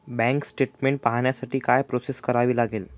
Bank statement पाहण्यासाठी काय process करावी लागेल?